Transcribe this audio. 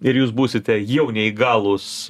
ir jūs būsite jau neįgalūs